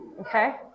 Okay